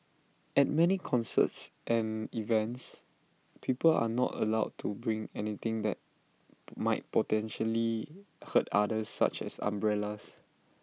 at many concerts and events people are not allowed to bring anything that might potentially hurt others such as umbrellas